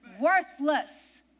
worthless